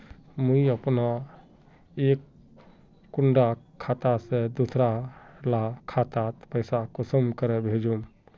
मुई अपना एक कुंडा खाता से दूसरा डा खातात पैसा कुंसम करे भेजुम?